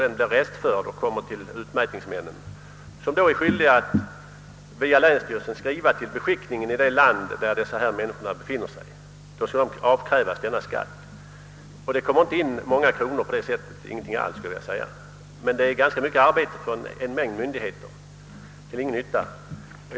Denna skattefordran överlämnas till utmätningsmännen, som är skyldiga att via länsstyrelsen skriva till beskickningen i respektive arbetstagares hemland och anmoda denna att avkräva de skattskyldiga den restförda skatten. Det kommer inte in många kronor på det sättet, praktiskt taget ingenting alls. Men det medför mycket arbete till ingen nytta för en mängd myndigheter.